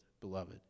beloved